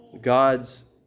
God's